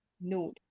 node